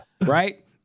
right